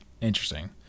Interesting